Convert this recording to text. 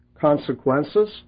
consequences